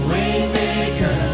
Waymaker